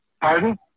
Pardon